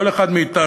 כל אחד מאתנו,